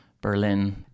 berlin